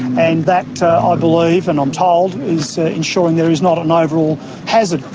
and that ah i believe and i'm told is ensuring there is not an overall hazard.